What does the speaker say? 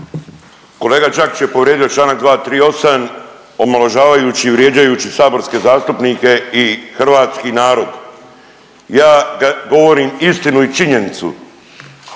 Kolega Đakić je povrijedio čl. 238. omalovažavajući i vrijeđajući saborske zastupnike i hrvatski narod. Ja govorim istinu i činjenicu